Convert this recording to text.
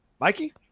Mikey